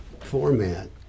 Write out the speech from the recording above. format